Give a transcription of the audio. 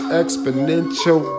exponential